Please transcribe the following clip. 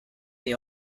they